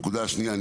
נקודה השנייה,